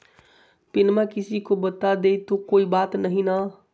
पिनमा किसी को बता देई तो कोइ बात नहि ना?